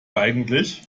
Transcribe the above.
eigentlich